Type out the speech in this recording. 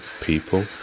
people